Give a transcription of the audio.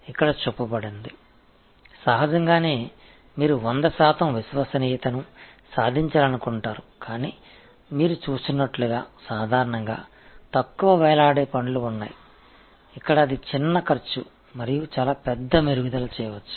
வெளிப்படையாக நீங்கள் 100 சதவிகித நம்பகத்தன்மையை அடைய விரும்புகிறீர்கள் ஆனால் நீங்கள் பார்ப்பது போல் குறைந்த தொங்கும் பழங்கள் உள்ளன அங்கு அது ஒரு சிறிய செலவு மற்றும் மிகப் பெரிய முன்னேற்றம் செய்ய முடியும்